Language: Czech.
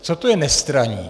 Co to je nestraník?